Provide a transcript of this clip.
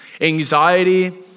Anxiety